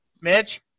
Mitch